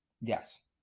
Yes